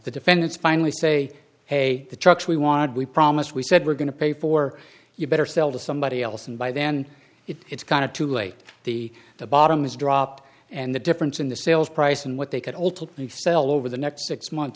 the defendants finally say hey the trucks we wanted we promised we said we're going to pay for you better sell to somebody else and by then it's kind of too late the the bottom is drop and the difference in the sales price and what they could ultimately sell over the next six months